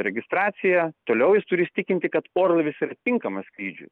registracija toliau jis turi įsitikinti kad orlaivis yra tinkamas skrydžiui